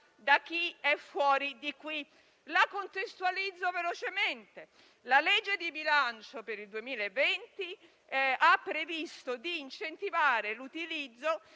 da chi è fuori di qui. La contestualizzo velocemente. La legge di bilancio del 2020 ha previsto di incentivare l'utilizzo